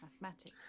Mathematics